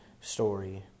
story